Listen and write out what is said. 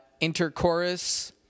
interchorus